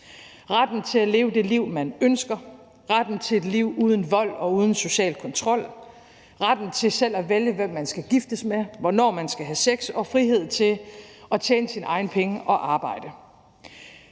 retten til at leve det liv, man ønsker, retten til et liv uden vold og uden social kontrol, retten til selv at vælge, hvem man skal giftes med, og hvornår man skal have sex, og frihed til at arbejde og tjene sine egne penge.